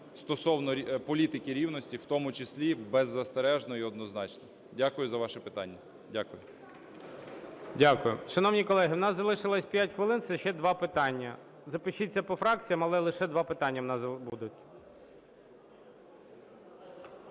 стосовно політики рівності в тому числі беззастережно і однозначно. Дякую за ваше питання. Дякую. ГОЛОВУЮЧИЙ. Дякую. Шановні колеги, у нас залишилось 5 хвилин – це ще два питання. Запишіться по фракціям, але лише два питання у нас буде.